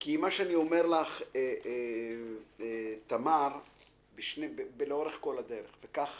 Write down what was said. כי מה שאני אומר לך, תמר, לאורך כל הדרך וכך